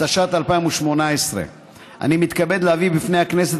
התשע"ט 2018. אני מתכבד להביא בפני הכנסת,